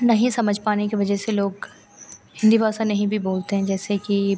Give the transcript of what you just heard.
नहीं समझ पाने की वज़ह से लोग हिन्दी भाषा नहीं भी बोलते हैं जैसे कि